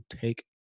take